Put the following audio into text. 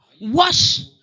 Wash